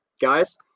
Guys